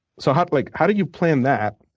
so how like how do you plan that?